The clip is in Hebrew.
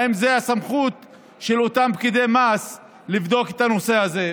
האם זאת הסמכות של אותם פקידי מס לבדוק את הנושא הזה?